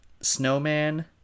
snowman